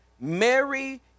Mary